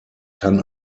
kann